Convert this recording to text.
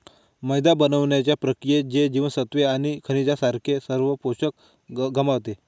मैदा बनवण्याच्या प्रक्रियेत, ते जीवनसत्त्वे आणि खनिजांसारखे सर्व पोषक गमावते